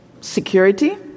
Security